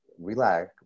relax